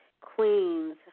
queens